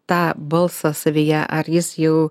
tą balsą savyje ar jis jau